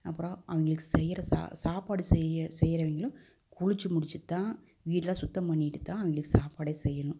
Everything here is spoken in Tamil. அப்புறோம் அவங்களுக்கு செய்யற சா சாப்பாடு செய்ய செய்யறவிங்களும் குளிச்சு முடிச்சிவிட்டு தான் வீடு எல்லாம் சுத்தம் பண்ணிவிட்டு தான் அவங்களுக்கு சாப்பாடே செய்யணும்